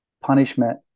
punishment